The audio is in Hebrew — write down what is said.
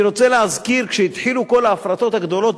אני רוצה להזכיר: כשהתחילו כל ההפרטות הגדולות,